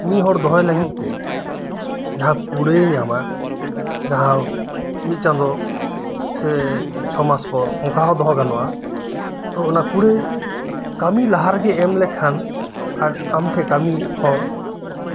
ᱢᱤᱫ ᱦᱚᱲ ᱫᱚᱦᱚᱭᱮ ᱞᱟᱹᱜᱤᱫ ᱛᱮ ᱡᱟᱦᱟᱸ ᱠᱩᱲᱟᱹᱭᱮ ᱧᱟᱢᱟ ᱡᱟᱦᱟᱸ ᱢᱤᱫ ᱪᱟᱸᱫᱳ ᱥᱮ ᱪᱷᱚ ᱢᱟᱥ ᱯᱚᱨ ᱚᱱᱠᱟ ᱦᱚᱸ ᱫᱚᱦᱚ ᱜᱟᱱᱚᱜᱼᱟ ᱛᱚ ᱚᱱᱟ ᱠᱩᱲᱟᱹᱭ ᱠᱟᱹᱢᱤ ᱞᱟᱦᱟ ᱨᱮᱜᱮ ᱮᱢ ᱞᱮᱠᱷᱟᱱ ᱟᱢ ᱴᱷᱮᱡ ᱠᱟᱹᱢᱤ ᱦᱚᱲ